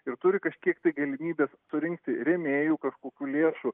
ir turi kažkiek tai galimybės surinkti rėmėjų kažkokių lėšų